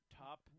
top –